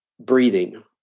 Breathing